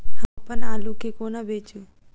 हम अप्पन आलु केँ कोना बेचू?